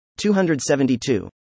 272